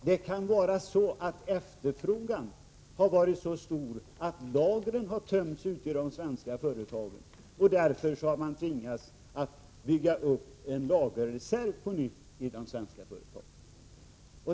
Det kan vara så, att efterfrågan har varit så stor att lagren har tömts ute i de svenska företagen och att företagen därför på nytt har tvingats bygga upp en lagerreserv.